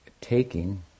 taking